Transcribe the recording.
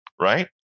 right